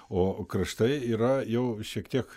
o kraštai yra jau šiek tiek